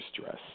stress